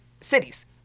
cities